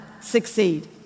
succeed